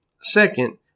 Second